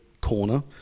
corner